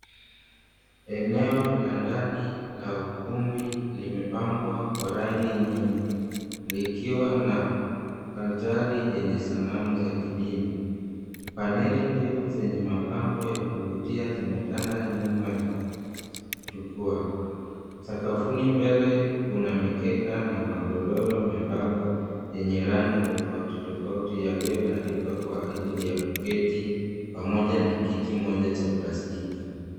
Eneo la ndani la ukumbi limepambwa kwa rangi nyingi likiwa na altari lenye sanamu la kidini. Paneli ndefu zenye mapambo ya kuvutia imetanda nyuma ya jukwa. Sakafuni mbele kuna mikeka na magodoro mebamba yenye rangi tofauti yaliyotandikwa kwa ajili ya kuketia na kiti ya plastiki.